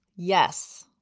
yes.